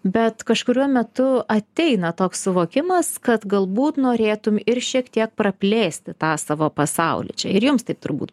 bet kažkuriuo metu ateina toks suvokimas kad galbūt norėtum ir šiek tiek praplėsti tą savo pasaulį čia ir jums taip turbūt